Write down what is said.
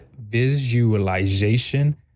visualization